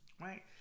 right